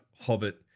hobbit